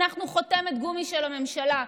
אנחנו חותמת גומי של הממשלה.